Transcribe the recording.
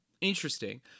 Interesting